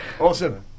Awesome